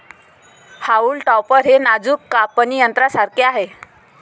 haulm topper हे नाजूक कापणी यंत्रासारखे आहे